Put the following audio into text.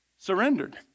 surrendered